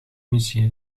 missie